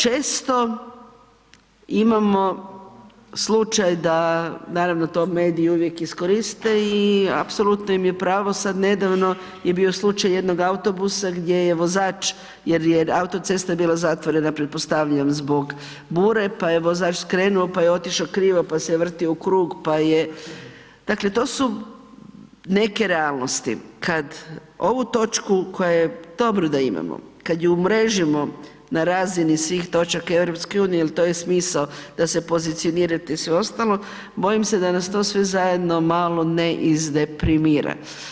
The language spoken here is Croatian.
Često imamo slučaj da, naravno to mediji uvijek iskoriste i apsolutno imaju pravo, sad nedavno je bio slučaj jednog autobusa gdje je vozač, jer je autocesta bila zatvorena pretpostavljam zbog bure, pa je vozač skrenuo, pa je otišo kriv, pa se vrtio u krug, pa je, dakle to su neke realnosti kad ovu točku koja je, dobro da ju imamo, kad ju umrežimo na razini svih točaka EU jel to je smisao da se pozicionirate i sve ostalo, bojim se da nas to sve zajedno malo neizdeprimira.